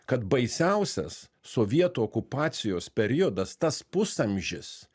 kad baisiausias sovietų okupacijos periodas tas pusamžis